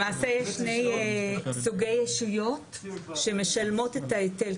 למעשה יש שני סוגי ישויות שמשלמות את ההיטל.